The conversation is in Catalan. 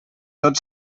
tot